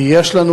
ויש לנו,